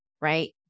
right